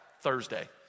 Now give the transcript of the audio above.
Thursday